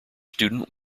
student